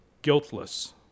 guiltless